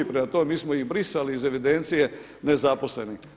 Prema tome, mi smo ih brisali iz evidencije nezaposlene.